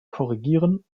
korrigieren